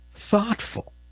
thoughtful